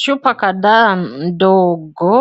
Chupa kadhaa ndogo